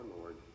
Lord